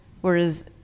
whereas